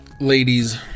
ladies